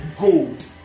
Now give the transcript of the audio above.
gold